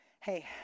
Hey